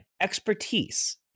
expertise